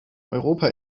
europa